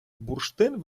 бурштин